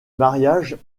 mariage